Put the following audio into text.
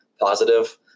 positive